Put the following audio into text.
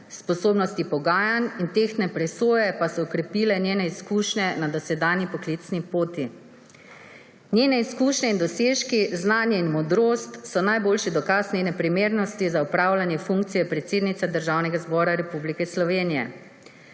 sposobnosti pogajanj in tehtne presoje pa so okrepile njene izkušnje na dosedanji poklicni poti. Njene izkušnje in dosežki, znanje in modrost so najboljši dokaz njene primernosti za opravljanje funkcije predsednice Državnega zbora Republike Slovenije.